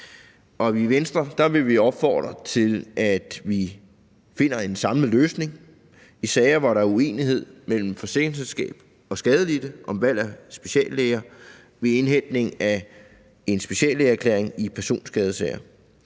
I Venstre vil vi opfordre til, at vi finder en samlet løsning i sager, hvor der er uenighed mellem forsikringsselskab og skadelidte om valg af speciallæger ved indhentning af en speciallægeerklæring i personskadesager.